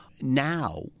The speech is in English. Now